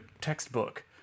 textbook